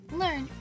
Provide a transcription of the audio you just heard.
learn